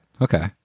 okay